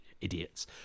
idiots